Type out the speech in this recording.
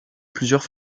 plusieurs